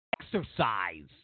exercise